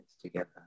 together